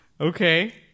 Okay